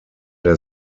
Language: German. der